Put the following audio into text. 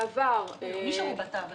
הם לא נשארו בתווך.